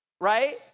right